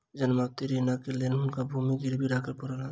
जमानती ऋणक लेल हुनका भूमि गिरवी राख पड़लैन